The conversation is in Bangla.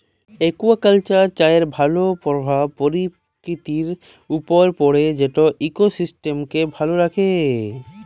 একুয়াকালচার চাষের ভালো পরভাব পরকিতির উপরে পড়ে যেট ইকসিস্টেমকে ভালো রাখ্যে